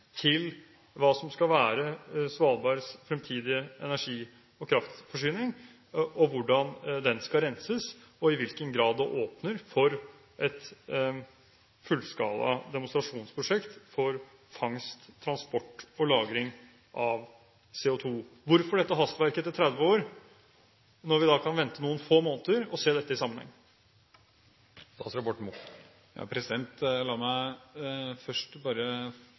til hva som skal være Svalbards fremtidige energi- og kraftforsyning, hvordan den skal renses, og i hvilken grad det åpner for et fullskala demonstrasjonsprosjekt for fangst, transport og lagring av CO2. Hvorfor dette hastverket etter 30 år, når vi kan vente noen få måneder og se dette i sammenheng? La meg først bare